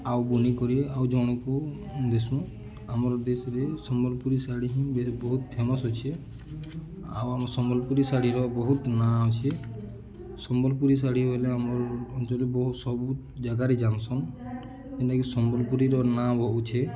ଆଉ ବୁନି କରିରି ଆଉ ଜଣକୁୁ ଦେଶୁଁ ଆମର ଦେଶରେ ସମ୍ବଲପୁରୀ ଶାଢ଼ୀ ହିଁ ବହୁତ ଫେମସ୍ ଅଛେ ଆଉ ଆମ ସମ୍ବଲପୁରୀ ଶାଢ଼ୀର ବହୁତ ନାଁ ଅଛେ ସମ୍ବଲପୁରୀ ଶାଢ଼ୀ ହେଲେ ଆମର ଅଞ୍ଚଳରେ ବହୁ ସବୁତ ଜାଗାରେ ଜାଉସନ୍ ଯେନ୍ଟାକି ସମ୍ବଲପୁରୀର ନାଁ ବଉଛେ